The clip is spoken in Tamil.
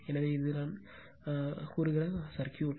எனவே இது நான் சொன்ன சர்க்யூட்